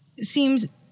seems